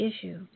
issue